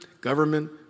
government